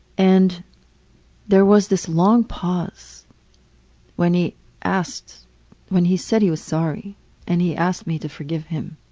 and there was this long pause when he asked when he said he was sorry and he asked me to forgive him.